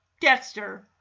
Dexter